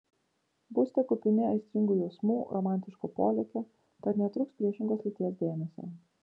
būsite kupini aistringų jausmų romantiško polėkio tad netrūks priešingos lyties dėmesio